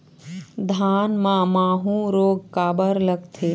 धान म माहू रोग काबर लगथे?